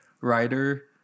writer